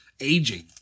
aging